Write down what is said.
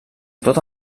tota